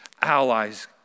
allies